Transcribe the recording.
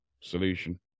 solution